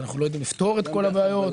אנחנו לא יודעים לפתור את כל הבעיות,